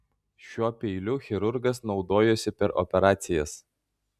šiuo peiliu chirurgas naudojosi per operacijas